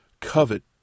covet